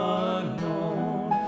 unknown